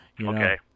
Okay